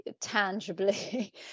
tangibly